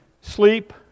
sleep